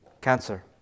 Cancer